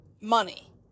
money